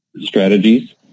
strategies